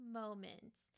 moments